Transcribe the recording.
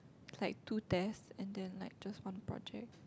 like two test and then like just one project